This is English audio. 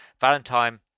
Valentine